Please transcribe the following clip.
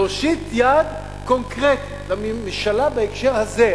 להושיט יד קונקרטית לממשלה בהקשר הזה.